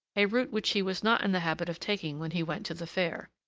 a route which he was not in the habit of taking when he went to the fair.